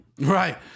Right